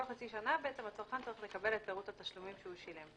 כל חצי שנה הצרכן צריך לקבל את פירוט התשלומים שהוא שילם.